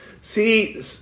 See